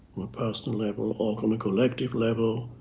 personal level or on a collective level.